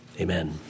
Amen